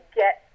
get